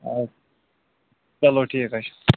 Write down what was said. آ چلو ٹھیٖک حظ چھُ